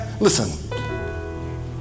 Listen